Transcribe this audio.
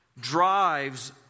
drives